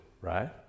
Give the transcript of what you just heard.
right